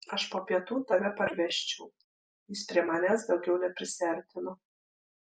aš po pietų tave parvežčiau jis prie manęs daugiau neprisiartino